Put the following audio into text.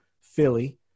Philly